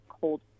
cold